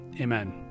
Amen